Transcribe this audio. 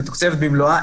היא מתוקצבת במלואה,